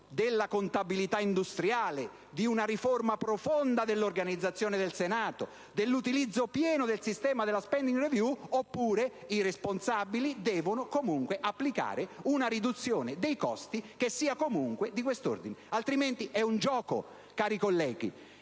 della contabilità industriale, con una riforma profonda dell'organizzazione del Senato e con l'utilizzo pieno del sistema della *spending review*, oppure i responsabili devono applicare una riduzione dei costi che sia comunque di questo ordine. Altrimenti è un gioco, cari colleghi.